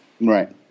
right